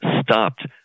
stopped